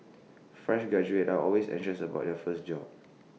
fresh graduates are always anxious about their first job